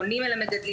פונים אל המגדלים,